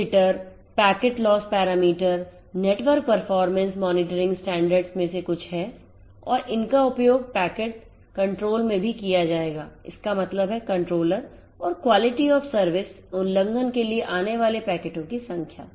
तो JITTERPACKET LOSS PARAMETER Network performance monitoringstandards में से कुछ हैं और इनका उपयोग पैकेट control में भी किया जाएगा इसका मतलब है controller और quality of service उल्लंघन के लिए आने वाले पैकेटों की संख्या